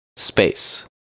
Space